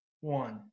one